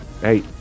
hey